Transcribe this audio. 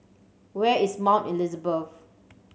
where is Mount Elizabeth